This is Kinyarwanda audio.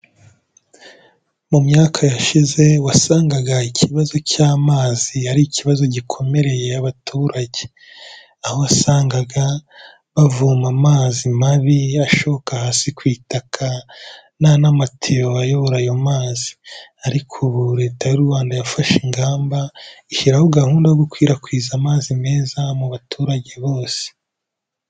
Mu myaka yashize, wasangaga ikibazo cy’amazi ari ikibazo gikomereye abaturage. Aho wasangaga bavoma amazi mabi ashoka hasi ku itaka nta n'amatiyo ayobora ayo mazi. Ariko ubu Leta y’u Rwanda yafashe ingamba, ishyiraho gahunda yo gukwirakwiza amazi meza mu baturage bose.